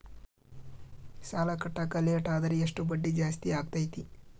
ಸಾಲ ಕಟ್ಟಾಕ ಲೇಟಾದರೆ ಎಷ್ಟು ಬಡ್ಡಿ ಜಾಸ್ತಿ ಆಗ್ತೈತಿ?